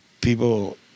people